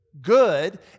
good